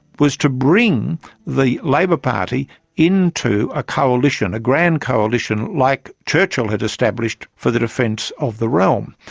was to bring the labor party into a coalition, a grand coalition, like churchill had established for the defence of the realm.